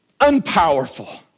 unpowerful